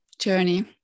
journey